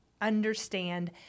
understand